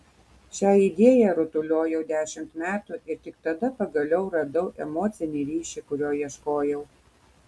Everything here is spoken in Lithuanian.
šią idėją rutuliojau dešimt metų ir tik tada pagaliau radau emocinį ryšį kurio ieškojau